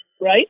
Right